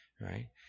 right